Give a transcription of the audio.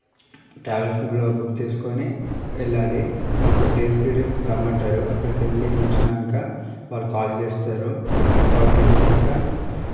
ట్రావెల్స్లో book చేసుకొని వెళ్ళాలి మా ఒక ప్లేస్కి రమ్మంటారు అక్కడికి వెళ్ళి నిలుచున్నాక వాళ్ళు కాల్ చేస్తారు కాల్ చేసాక